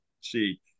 see